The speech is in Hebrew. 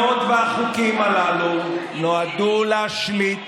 התקנות והחוקים הללו נועדו להשליט